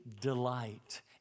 delight